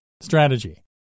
Strategy